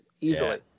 easily